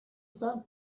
sand